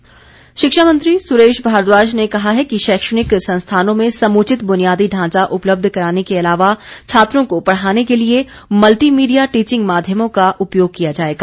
भारद्वाज शिक्षा मंत्री सुरेश भारद्वाज ने कहा है कि शैक्षणिक संस्थानों में समुचित ब्रनियादी ढांचा उपलब्ध कराने के अलावा छात्रों को पढ़ाने के लिए मल्टी मीडिया टीचिंग माध्यमों का उपयोग किया जाएगा